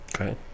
Okay